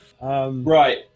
Right